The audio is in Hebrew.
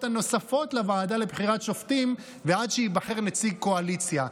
הנוספות לוועדה לבחירת שופטים ועד שייבחר נציג קואליציה.